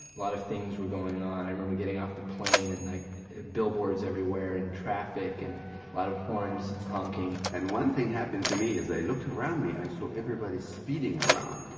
lot of things were going on. i remember getting off the plane, and like billboards everywhere, and traffic, and a lot of horns honking. and one thing happened to me, as i looked around me, i saw everybody speeding around.